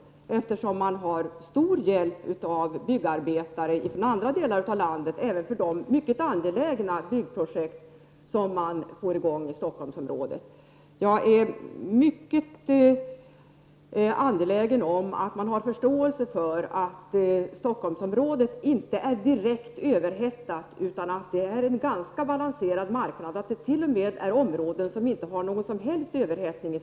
Byggarbetare från andra delar av landet utgör en stor hjälp även för de mycket angelägna byggprojekt som går i gång i Stockholmsområdet. Jag är mycket intresserad av att det finns förståelse för att Stockholmsområdet inte är direkt överhettat, utan att det utgör en ganska balanserad marknad och att det t.o.m. finnns områden som inte har någon som helst överhettning.